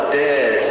dead